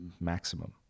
maximum